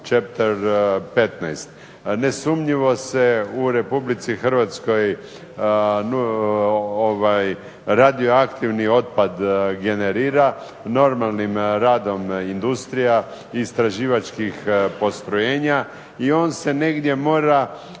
chapter 15. Nesumnjivo se u Republici Hrvatskoj radioaktivni otpad generira normalnim radom industrija, istraživačkih postrojenja, i on se negdje mora